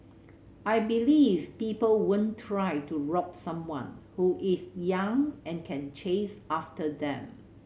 I believe people won't try to rob someone who is young and can chase after them